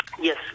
Yes